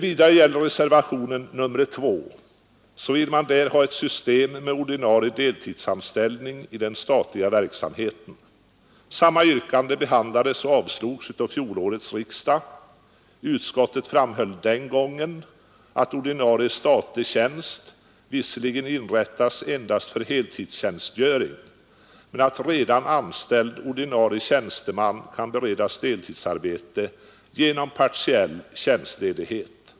I reservationen 2 vill man ha ett system med ordinarie deltidsanställningar i den statliga verksamheten. Samma yrkande behandlades och avslogs av fjolårets riksdag. Utskottet framhöll den gången att ordinarie statlig tjänst visserligen inrättas endast för heltidstjänstgöring men att redan anställd ordinarie tjänsteman kan beredas deltidsarbete genom partiell tjänstledighet.